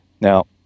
Now